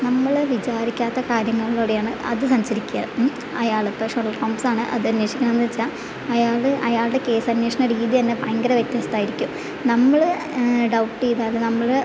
നമ്മൾ വിചാരിക്കാത്ത കാര്യങ്ങളിലൂടെയാണ് അത് സഞ്ചരിക്കുക അയാൾ ഇപ്പോൾ ഷെർലക് ഹോംസാണ് അത് അന്വേഷിണതെന്ന് വെച്ചാൽ അയാൾ അയാളുടെ കേസ് അന്വേഷണ രീതി തന്നെ ഭയങ്കര വ്യത്യസ്തമായിരിക്കും നമ്മൾ ഡൗട്ട് ചെയ്ത അല്ലെങ്കിൽ നമ്മൾ